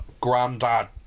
granddad